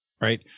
right